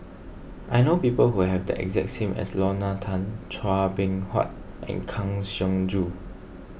I know people who have the exact name as Lorna Tan Chua Beng Huat and Kang Siong Joo